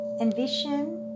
Envision